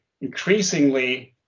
increasingly